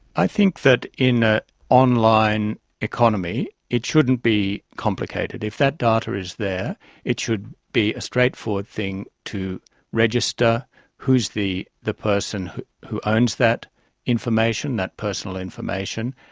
i think that in an ah online economy it shouldn't be complicated. if that data is there it should be a straightforward thing to register who is the the person who who owns that information, that personal information,